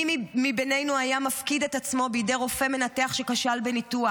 מי מאיתנו היה מפקיד את עצמו בידי רופא מנתח שכשל בניתוח?